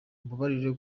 umbabarire